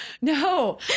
No